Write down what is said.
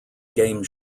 game